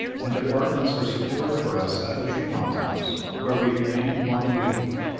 and apartments were secured for us at the tremont house, where we remained one week.